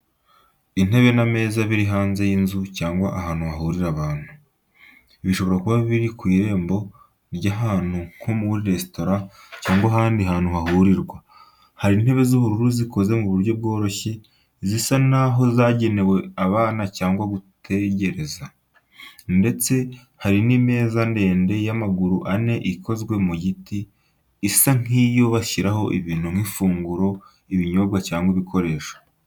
Intebe n’ameza biri hanze y’inzu cyangwa ahantu hahurira abantu, bishobora kuba ari ku irembo ry’ahantu nko muri resitora cyangwa ahandi hahurirwa. Hari intebe z’ubururu zikoze mu buryo bworoshye, zisa naho zagenewe abana cyangwa gutegereza, ndetse hari n'imeza ndende y’amaguru ane ikozwe mu giti, isa nk’iyo bashyiraho ibintu nk’ifunguro, ibinyobwa cyangwa ibikoresho.